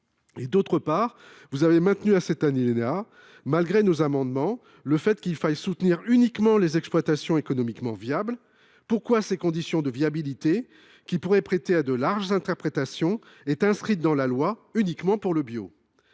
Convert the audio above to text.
; d’autre part, vous avez, malgré nos amendements, maintenu à cet alinéa le fait qu’il faille soutenir uniquement les exploitations économiquement viables. Pourquoi cette condition de viabilité, qui pourrait prêter à de larges interprétations, est elle inscrite dans la loi uniquement pour le bio ?